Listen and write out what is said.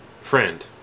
friend